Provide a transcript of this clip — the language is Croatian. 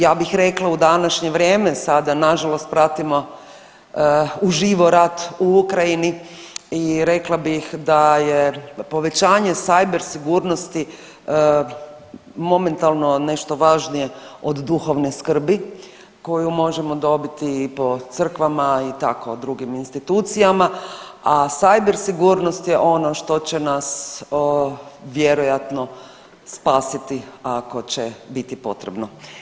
Ja bih rekla u današnje vrijeme sada nažalost pratimo uživo rat u Ukrajini i rekla bih da je povećanje cyber sigurnosti momentalno nešto važnije od duhovne skrbi koju možemo dobiti i po crkvama i tako drugim institucijama, a cyber sigurnost je ono što će nas vjerojatno spasiti ako će biti potrebno.